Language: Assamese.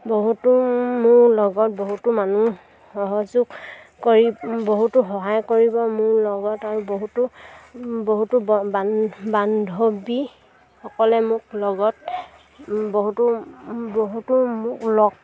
বহুতো মোৰ লগত বহুতো মানুহ সহযোগ কৰি বহুতো সহায় কৰিব মোৰ লগত আৰু বহুতো বহুতো বান বান্ধৱীসকলে মোক লগত বহুতো বহুতো মোক লগ